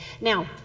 Now